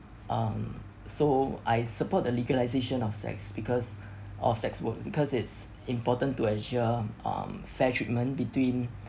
um so I support the legalization of sex because of sex work because it's important to ensure um fair treatment between